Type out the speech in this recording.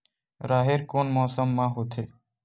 राहेर कोन मौसम मा होथे?